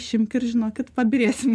išimk ir žinokit pabyrėsim